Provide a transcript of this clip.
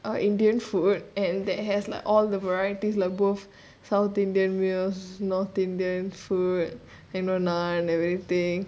a indian food and that has like all the varieties like both south indian meals north indian food you know naan everything